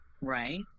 Right